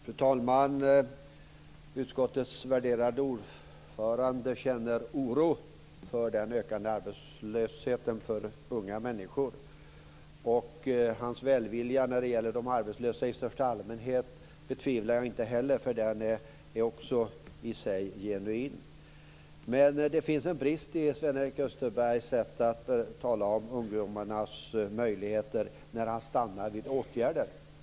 Fru talman! Utskottets värderade ordförande känner oro för den ökande arbetslösheten hos unga människor. Hans välvilja när det gäller de arbetslösa i största allmänhet betvivlar jag inte heller, för den är också i sig genuin. Men det finns en brist i Sven-Erik Österbergs sätt att tala om ungdomarnas möjligheter när han stannar vid åtgärder.